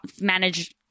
manage